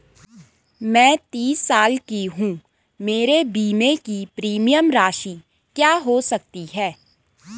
मैं तीस साल की हूँ मेरे बीमे की प्रीमियम राशि क्या हो सकती है?